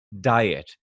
diet